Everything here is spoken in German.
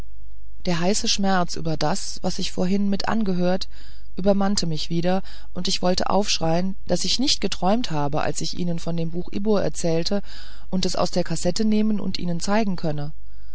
der heiße schmerz über das was ich vorhin mitangehört übermannte mich wieder und ich wollte aufschreien daß ich nicht geträumt habe als ich ihnen von dem buche ibbur erzählte und es aus der kassette nehmen und ihnen zeigen könne